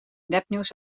nepnieuws